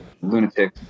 lunatic